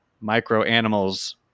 micro-animals